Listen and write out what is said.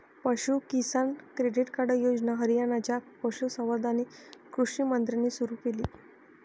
पशु किसान credit card योजना हरियाणाच्या पशुसंवर्धन आणि कृषी मंत्र्यांनी सुरू केली